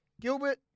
Gilbert